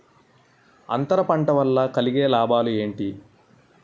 అంతర పంట వల్ల కలిగే లాభాలు ఏంటి